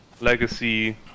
legacy